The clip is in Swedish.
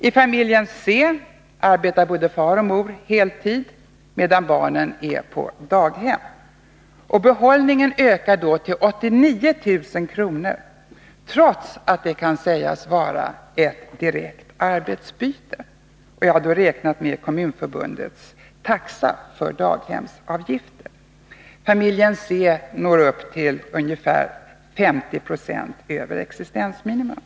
I familjen C arbetar både far och mor heltid medan barnen är på daghem. Behållningen ökar då till 89 000 kr., trots att det kan sägas vara ett direkt arbetsbyte. Jag har då räknat med Kommunförbundets taxa för daghemsavgifter. Familjen C når upp till ungefär 50 90 över existensminimum.